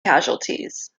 casualties